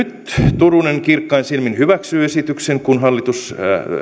no nyt turunen kirkkain silmin hyväksyy esityksen kun hallitus